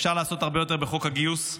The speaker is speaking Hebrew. אפשר לעשות הרבה יותר בחוק הגיוס,